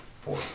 Four